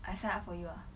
I sign up for you ah